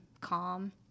calm